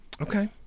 okay